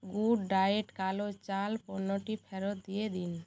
good diet কালো চাল পণ্যটি ফেরত দিয়ে দিন